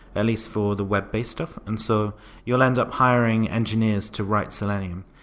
at least for the web-based stuff. and so you'll end up hiring engineers to write selenium.